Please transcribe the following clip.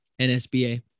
NSBA